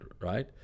right